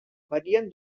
varien